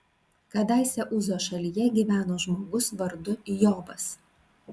kadaise uzo šalyje gyveno žmogus vardu jobas